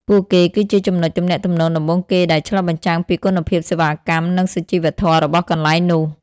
ពួកគេគឺជាចំណុចទំនាក់ទំនងដំបូងគេដែលឆ្លុះបញ្ចាំងពីគុណភាពសេវាកម្ម និងសុជីវធម៌របស់កន្លែងនោះ។